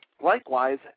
Likewise